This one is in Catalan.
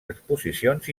exposicions